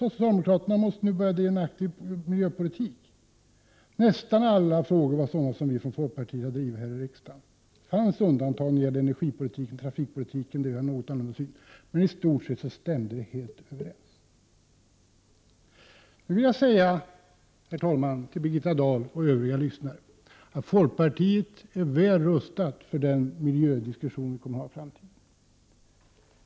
Socialdemokraterna måste nu driva en aktiv miljöpolitik, framhöll de. Nästan alla frågor de tog upp var sådana som vi från folkpartiet har drivit i riksdagen. Det finns undantag — när det gäller energipolitik och trafikpolitik har vi en något annan syn — men i stort sett stämde det helt överens. Nu vill jag säga till Birgitta Dahl och övriga lyssnare att folkpartiet är väl rustat för den miljödiskussion som kommer att föras i framtiden.